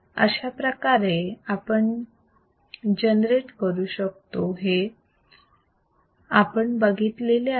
अशाप्रकारे आपण जनरेट करू शकतो हे आपण बघितलेले आहे